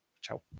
Ciao